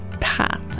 path